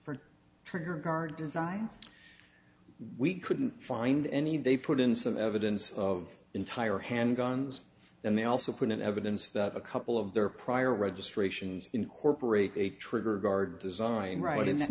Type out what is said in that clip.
for trigger guard designs we couldn't find any they put in some evidence of entire handguns and they also put in evidence that a couple of their prior registrations incorporate a trigger guard design right i